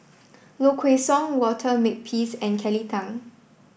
Low Kway Song Walter Makepeace and Kelly Tang